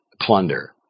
plunder